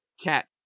cat